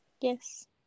Yes